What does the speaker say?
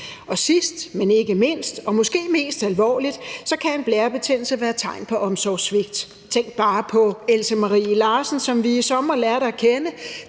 Og sidst, men ikke mindst – og måske mest alvorligt – kan en blærebetændelse være tegn på omsorgssvigt. Tænk bare på Else Marie Larsen, som vi i sommer lærte at kende,